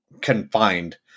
confined